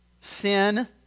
sin